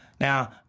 Now